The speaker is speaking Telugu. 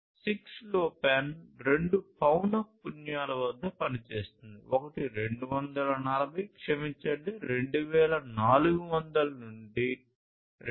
6LoWPAN రెండు పౌన పున్యాల వద్ద పనిచేస్తుంది ఒకటి 240 క్షమించండి 2400 నుండి 2483